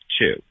two